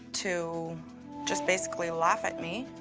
to just basically laugh at me.